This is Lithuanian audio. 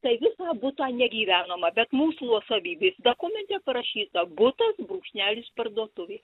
tai visą butą negyvenamą bet mūsų nuosavybės dakumente parašyta butas brūkšnelis parduotuvė